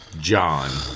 John